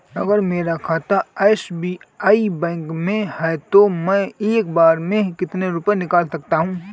अगर मेरा खाता एस.बी.आई बैंक में है तो मैं एक बार में कितने रुपए निकाल सकता हूँ?